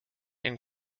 and